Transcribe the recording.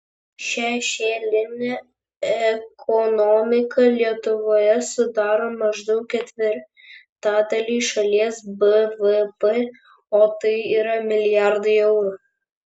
šešėlinė ekonomika lietuvoje sudaro maždaug ketvirtadalį šalies bvp o tai yra milijardai eurų